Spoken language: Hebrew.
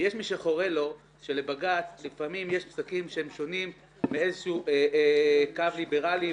ויש מי שחורה לו שלבג"ץ לפעמים יש פסיקות שהן שונות מאיזשהו קו ליברלי,